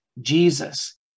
Jesus